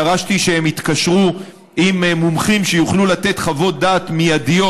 דרשתי שהם יתקשרו עם מומחים שיוכלו לתת חוות דעת מיידיות,